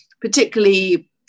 particularly